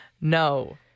No